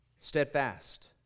Steadfast